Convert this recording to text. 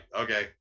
okay